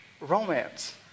romance